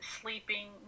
sleeping